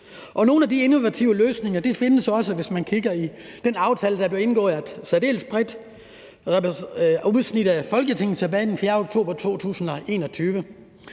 nogle af de innovative løsninger findes også, hvis man kigger i den aftale, der blev indgået af et særdeles bredt udsnit af Folketinget tilbage den 4. oktober 2021.